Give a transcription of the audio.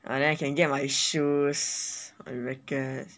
!wah! and then I can get my shoes my racket